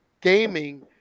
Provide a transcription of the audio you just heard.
gaming